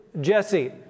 Jesse